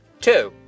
Two